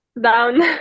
down